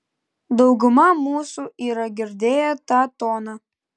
dauguma mūsų yra girdėję tą toną